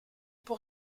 pour